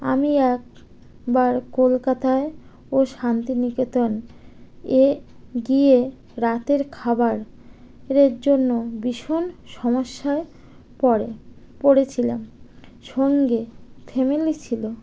আমি একবার কলকাতায় ও শান্তিনিকেতন এ গিয়ে রাতের খাবারের জন্য ভীষণ সমস্যায় পড়ে পড়েছিলাম সঙ্গে ফ্যামিলি ছিলো